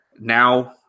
now